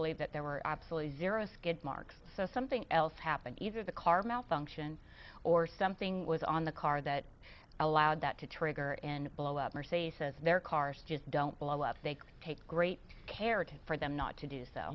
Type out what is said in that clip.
believe that there were absolutely zero skid marks so something else happened either the car malfunction or something was on the car that allowed that to trigger and blow up or say says their cars just don't blow up they take great care to for them not to do so